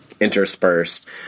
interspersed